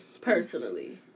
Personally